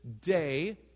day